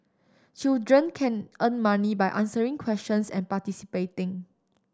children can earn money by answering questions and participating